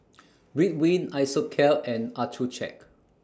Ridwind Isocal and Accucheck